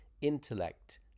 intellect